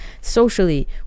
socially